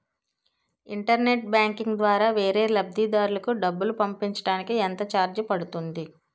Internet banking ద్వారా వేరే లబ్ధిదారులకు డబ్బులు పంపించటానికి ఎంత ఛార్జ్ పడుతుంది?